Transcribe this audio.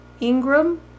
Ingram